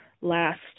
last